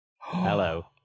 Hello